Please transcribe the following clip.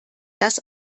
das